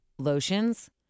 lotions